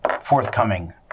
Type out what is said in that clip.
forthcoming